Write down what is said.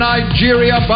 Nigeria